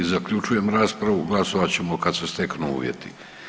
Zaključujem raspravu, glasovat ćemo kad se steknu uvjeti.